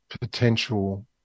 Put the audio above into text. potential